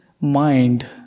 mind